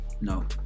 No